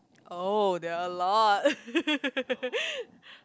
oh there are a lot